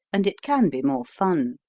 and it can be more fun.